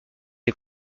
est